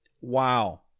Wow